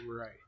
Right